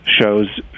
show's